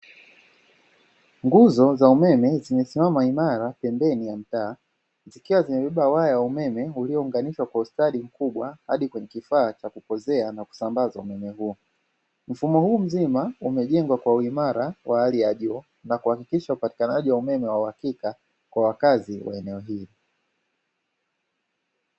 Nguzo za umeme zimesimama imara pembeni ya mtaa, zikiwa zimebeba waya wa umeme ulioungaishwa kwa ustadi mkubwa hadi kwenye kifaa cha kupozea na kusambaza umeme huo. Mfumo huu mzima umejengwa kwa uimara wa hali ya juu na kuhakikisha upatikanaji wa umeme wa uhakika kwa wakazi wa eneo hili.